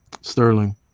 Sterling